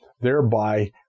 thereby